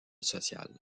social